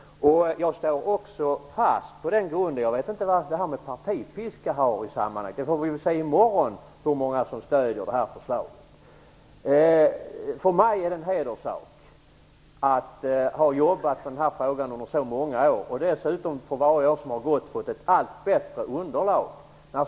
Jag står också fast på denna grund. Jag vet inte vad partipiskan har i sammanhanget att göra. Vi får ju se i morgon hur många som stödjer detta förslag. För mig är det en hederssak att ha jobbat med denna fråga under så många år. Dessutom har jag för varje år som gått fått ett allt bättre underlag.